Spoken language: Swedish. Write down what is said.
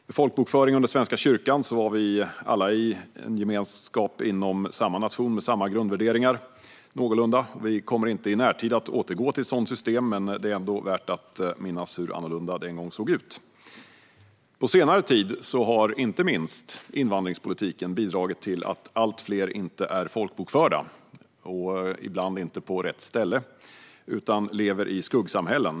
Med folkbokföring under Svenska kyrkan var vi alla i en gemenskap inom samma nation med någorlunda samma grundvärderingar. Vi kommer inte i närtid att återgå till ett sådant system, men det är ändå värt att minnas hur annorlunda det en gång såg ut. På senare tid har inte minst invandringspolitiken bidragit till att allt fler inte är folkbokförda - och ibland folkbokförda på fel ställe - utan lever i skuggsamhällen.